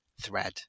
thread